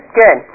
good